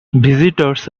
visitors